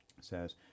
says